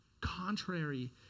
contrary